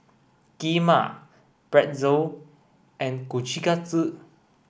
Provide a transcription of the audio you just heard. kheema Pretzel and Kushikatsu